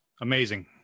amazing